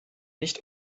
nicht